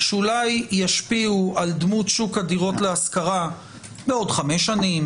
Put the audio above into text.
שאולי ישפיעו על דמות הדירות להשכרה בעוד חמש שנים,